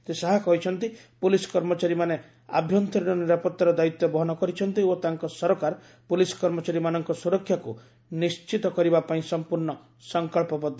ଶ୍ରୀ ଶାହା କହିଛନ୍ତି ପୋଲିସ୍ କର୍ମଚାରୀମାନେ ଦେଶର ଆଭ୍ୟନ୍ତରୀଶ ନିରାପତ୍ତାର ଦାୟିତ୍ୱ ବହନ କରିଛନ୍ତି ଓ ତାଙ୍କ ସରକାର ପୋଲିସ୍ କର୍ମଚାରୀମାନଙ୍କ ସୁରକ୍ଷାକୁ ନିଶ୍ଚିତ କରିବା ପାଇଁ ସଂପ୍ରର୍ଣ୍ଣ ସଂକଳ୍ପବଦ୍ଧ